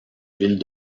ville